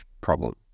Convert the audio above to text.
problem